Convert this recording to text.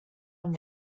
amb